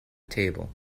table